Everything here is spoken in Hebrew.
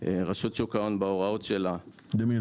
רשות שוק ההון בהוראות שלה --- למי,